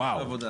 וואו.